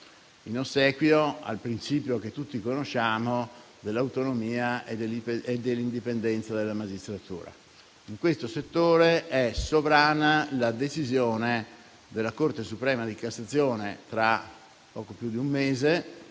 in ossequio al principio che tutti conosciamo dell'autonomia e dell'indipendenza della magistratura. In questo settore è sovrana la decisione della Corte suprema di cassazione, tra poco più di un mese,